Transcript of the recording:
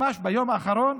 ממש ביום האחרון,